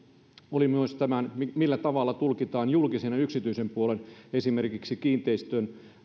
oli myös tämä millä tavalla tulkitaan julkisen ja yksityisen puolen esimerkiksi kiinteistön